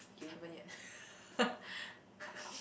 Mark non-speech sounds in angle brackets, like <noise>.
haven't yet <laughs>